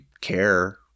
care